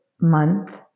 month